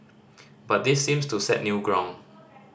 but this seems to set new ground